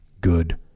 good